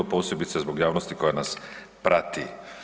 Posebice zbog javnosti koja nas prati.